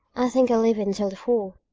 i think i'll leave it until the fall.